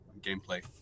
gameplay